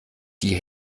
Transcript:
die